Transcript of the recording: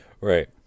Right